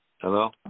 Hello